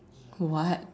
what